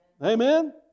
Amen